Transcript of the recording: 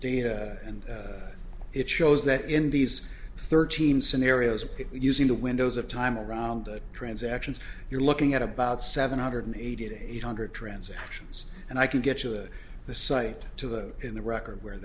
data and it shows that in these thirteen scenarios of using the windows of time around transactions you're looking at about seven hundred eighty eight eight hundred transactions and i can get to the site to a in the record where